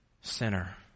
sinner